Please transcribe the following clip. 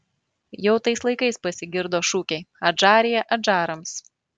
jau tais laikais pasigirdo šūkiai adžarija adžarams